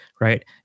right